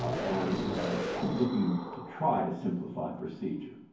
and looking to try to simplify procedure,